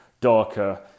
darker